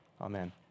Amen